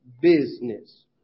business